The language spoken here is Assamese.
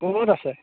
ক'ত আছে